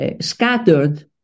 scattered